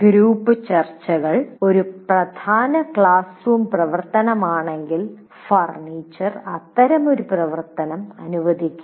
group ചർച്ചകൾ ഒരു പ്രധാന ക്ലാസ് റൂം പ്രവർത്തനമാണെങ്കിൽ ഫർണിച്ചർ അത്തരമൊരു പ്രവർത്തനം അനുവദിക്കണം